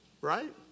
Right